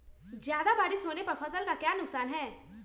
ज्यादा बारिस होने पर फसल का क्या नुकसान है?